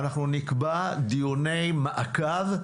אנחנו נקבע דיוני מעקב,